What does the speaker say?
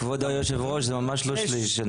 כבוד יושב הראש, זה ממש לא שליש.